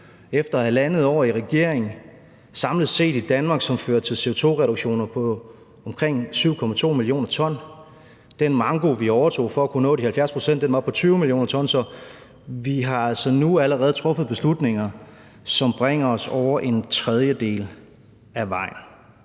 efter halvandet år i regering, som samlet set i Danmark fører til CO2-reduktioner på omkring 7,2 mio. t. Den manko, vi overtog for at kunne nå de 70 pct., var på 20 mio. t. Så vi har altså allerede nu truffet beslutninger, som bringer os over en tredjedel af vejen.